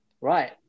right